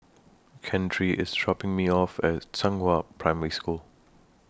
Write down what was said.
Keandre IS dropping Me off At Zhenghua Primary School